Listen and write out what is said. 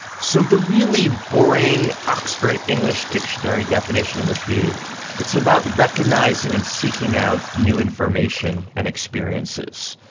so the really boring oxford english dictionary definition would be it's about recognising and seeking out new information and experiences.